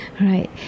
right